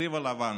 "התקציב הלבן".